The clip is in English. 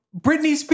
Britney